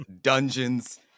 Dungeons